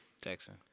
Texan